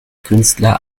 künstler